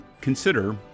consider